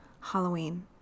Halloween